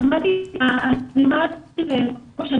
בישיבה החשובה